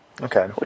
Okay